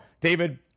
David